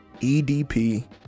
EDP